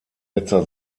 letzter